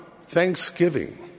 thanksgiving